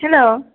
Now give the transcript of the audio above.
hello